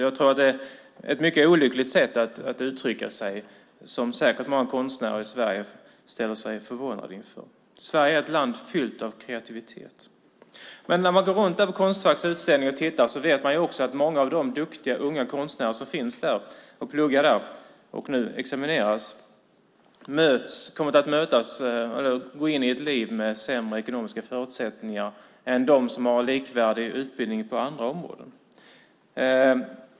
Jag tror att det är ett mycket olyckligt sätt att uttrycka sig som många konstnärer i Sverige ställer sig förvånade inför. Sverige är ett land fyllt av kreativitet. När man går runt på Konstfacks utställning och tittar vet man att många av de unga och duktiga konstnärer som pluggar där och nu examineras kommer att gå in i ett liv med sämre ekonomiska förutsättningar än de som har en likvärdig utbildning på andra områden.